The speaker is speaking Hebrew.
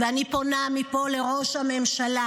ואני פונה מפה לראש הממשלה: